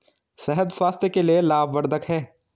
शहद स्वास्थ्य के लिए लाभवर्धक है